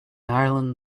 ireland